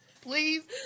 please